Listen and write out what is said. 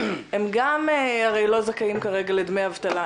הם גם הרי לא זכאים כרגע לדמי האבטלה.